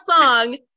song